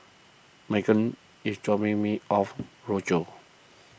Meghann is dropping me off Rochor